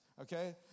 Okay